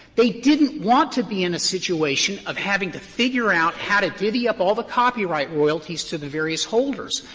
they didn't want to be in a situation of having to figure out how to divvy up all the copyright royalties to the various holders.